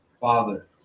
father